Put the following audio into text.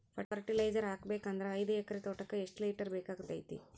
Fertiliser ಹಾಕಬೇಕು ಅಂದ್ರ ಐದು ಎಕರೆ ತೋಟಕ ಎಷ್ಟ ಲೀಟರ್ ಬೇಕಾಗತೈತಿ?